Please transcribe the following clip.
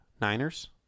Niners